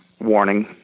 warning